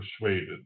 persuaded